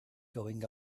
going